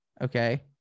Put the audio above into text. okay